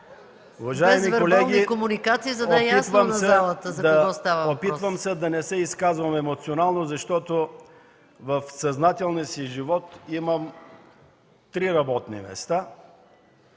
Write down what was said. РАМАДАН АТАЛАЙ: Опитвам се да не се изказвам емоционално, защото в съзнателния си живот имам три работни места.